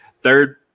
Third